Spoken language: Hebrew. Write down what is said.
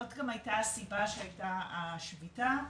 זאת גם היתה הסיבה שהיתה השביתה,